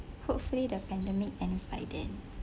hopefully the pandemic ends by then